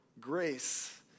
grace